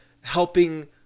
helping